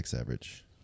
average